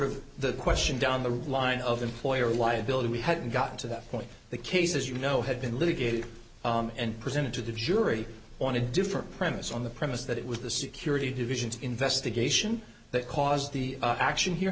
of the question down the line of employer liability we hadn't gotten to that point the cases you know had been litigated and presented to the jury on a different premise on the premise that it was the security divisions investigation that caused the action here